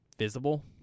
Visible